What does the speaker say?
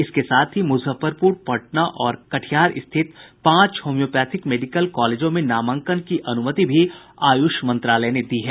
इसके साथ ही मुजफ्फरपुर पटना और कटिहार स्थित पांच होमियापैथिक मेडिकल कॉलेजों में नामांकन की अनुमति भी आयुष मंत्रालय ने दी है